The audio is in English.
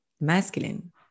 masculine